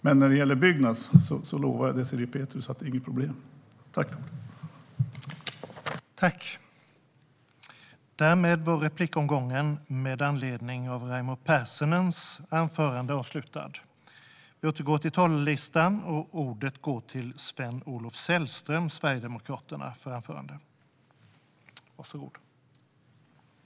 Vad gäller Byggnads lovar jag Désirée Pethrus att det inte är något problem.